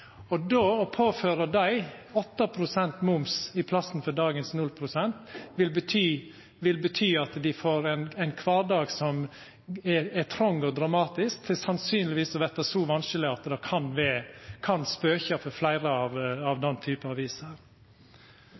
Å påføra dei 8 pst. moms i staden for dagens 0 pst. vil bety at dei får ein kvardag som er trong og dramatisk, som sannsynlegvis vil verta så vanskeleg at det kan spøkja for fleire av den